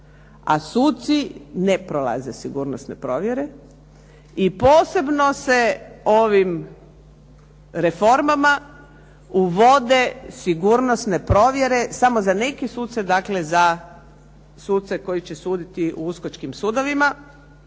a suci ne prolaze sigurnosne provjere i posebno se ovim reformama uvode sigurnosne provjere samo za neke suce, dakle za suce koji će suditi u uskočkim sudovima,